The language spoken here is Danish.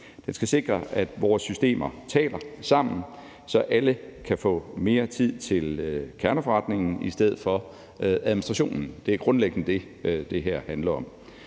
Den skal sikre, at vores systemer taler sammen, så alle kan få mere tid til kerneforretningen i stedet for administrationen. Det er grundlæggende det, det her handler om.